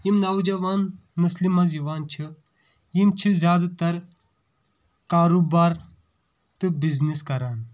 یِم نوجوان نسلہِ منٛز یِوان چھِ یِم چھِ زیادٕ تر کاروبار تہٕ بِزنِس کران